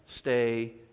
stay